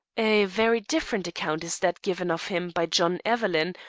a very different account is that given of him by john evelyn,